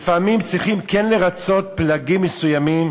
לפעמים צריכים כן לרַצות פלגים מסוימים